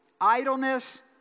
idleness